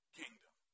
kingdom